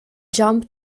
jump